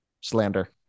slander